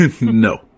No